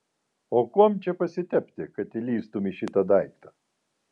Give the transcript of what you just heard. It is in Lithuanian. o kuom čia pasitepti kad įlįstumei į šitą daiktą